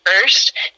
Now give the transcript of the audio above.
first